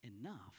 enough